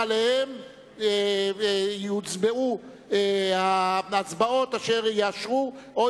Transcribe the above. ועליהם יוצבעו ההצבעות אשר יאשרו או